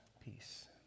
peace